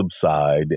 subside